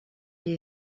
les